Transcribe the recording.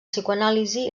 psicoanàlisi